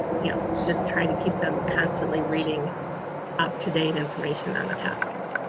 yeah just try to keep them constantly reading up-to-date information on the topic.